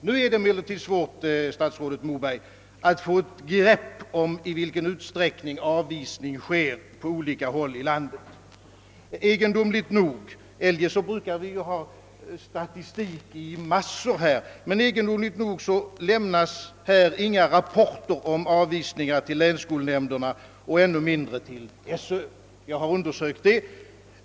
Nu är det emellertid svårt, statsrådet Moberg, att få ett grepp om i vilken utsträckning avvisning sker på olika håll i landet. Detta är ganska egendomligt, eftersom vi på andra områden brukar ha statistik i massor. Anmärkningsvärt nog lämnas det inga rapporter till länsskolnämnderna rörande avvisningar — och ännu mindre till skolöverstyrelsen. Jag har undersökt det.